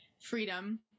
freedom